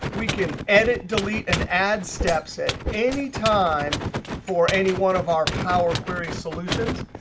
we can edit, delete, and add steps at any time for any one of our power query solutions.